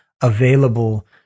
available